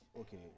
okay